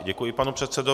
Děkuji panu předsedovi.